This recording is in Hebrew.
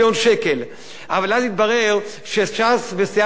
אבל אז התברר שש"ס וסיעת העצמאות אינן מרוצות,